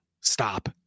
stop